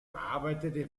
arbeitete